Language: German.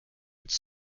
ins